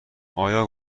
آیا